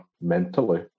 mentally